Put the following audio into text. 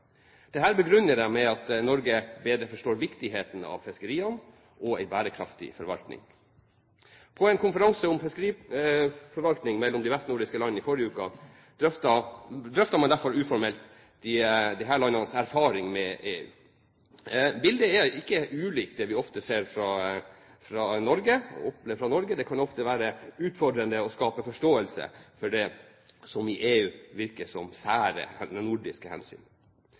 begrunner de med at Norge bedre forstår viktigheten av fiskeriene og en bærekraftig forvaltning. På en konferanse om fiskeriforvaltning mellom de vestnordiske landene i forrige uke drøftet man derfor uformelt disse landenes erfaring med EU. Bildet er ikke ulikt det vi ofte opplever fra Norge. Det kan ofte være utfordrende å skape forståelse for det som i EU virker som sære nordiske